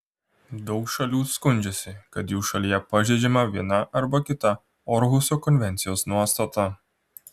daug šalių skundžiasi kad jų šalyje pažeidžiama viena arba kita orhuso konvencijos nuostata